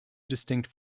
distinct